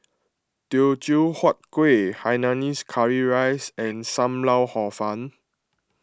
Teochew Huat Kuih Hainanese Curry Rice and Sam Lau Hor Fun